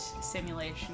simulation